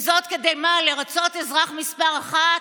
וזאת כדי, מה, לרצות את אזרח מספר אחת?